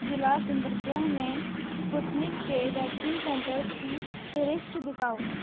ضلع سندر گڑھ میں سپوتنک کے ویکسین سینٹرس کی فہرست دکھاؤ